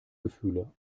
gefühle